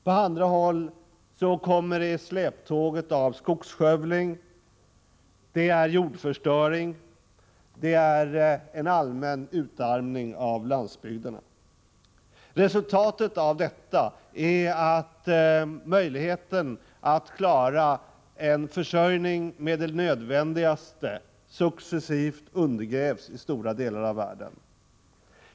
På andra håll kommer det i släptåg på skogsskövlingen. Det är jordförstöring, det är en allmän utarmning av landsbygderna. Resultatet av detta är att möjligheterna att klara av försörjningen med det nödvändigaste successivt undergrävs i stora delar av världen.